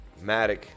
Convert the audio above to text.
Matic